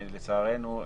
לצערנו,